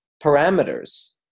parameters